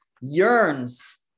yearns